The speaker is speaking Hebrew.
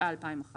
התשע"א- 2011,